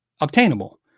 obtainable